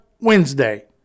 Wednesday